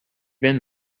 been